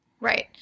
Right